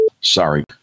Sorry